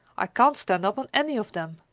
i can't stand up on any of them.